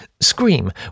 Scream